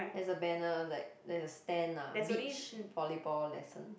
there's a banner like there's a stand ah beach volleyball lessons